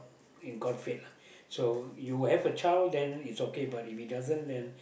in god fate lah so you have a child then it's okay but if it doesn't then